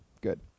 good